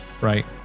right